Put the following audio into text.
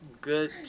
Good